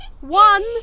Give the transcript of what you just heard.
One